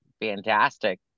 fantastic